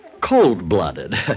cold-blooded